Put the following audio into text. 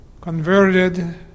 converted